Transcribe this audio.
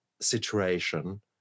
situation